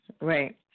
Right